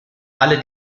alle